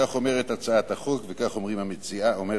כך אומרת הצעת החוק וכך אומרת המציעה,